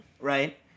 right